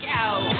out